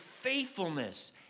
faithfulness